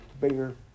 bigger